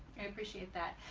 i appreciate that.